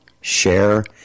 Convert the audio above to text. share